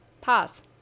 Pause